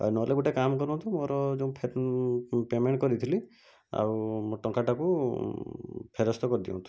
ନହେଲେ ଗୋଟେ କାମ କରନ୍ତୁ ମୋର ଯେଉଁ ପେମେଣ୍ଟ କରିଥିଲି ଆଉ ଟଙ୍କାଟାକୁ ଫେରସ୍ତ କରିଦିଅନ୍ତୁ